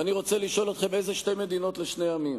ואני רוצה לשאול אתכם, אילו שתי מדינות לשני עמים?